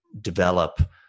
develop